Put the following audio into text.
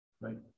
right